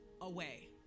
away